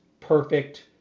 perfect